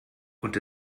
und